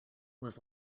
was